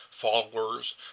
Followers